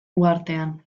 uhartean